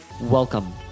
Welcome